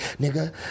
nigga